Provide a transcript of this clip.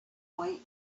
point